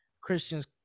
Christians